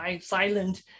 silent